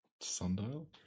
sundial